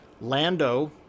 Lando